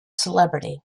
celebrity